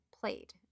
played